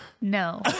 no